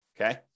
Okay